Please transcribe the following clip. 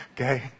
Okay